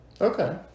Okay